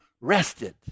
rested